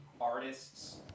artists